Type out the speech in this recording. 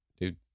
dude